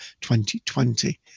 2020